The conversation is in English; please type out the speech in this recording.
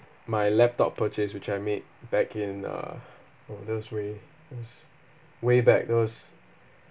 my laptop purchase which I made back in uh from a this way it was way back it was